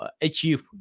achieve